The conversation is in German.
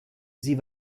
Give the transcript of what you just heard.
sie